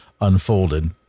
unfolded